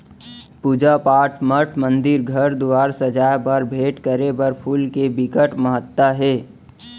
पूजा पाठ, मठ मंदिर, घर दुवार सजाए बर, भेंट करे बर फूल के बिकट महत्ता हे